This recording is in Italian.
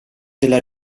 della